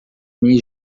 minha